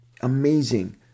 amazing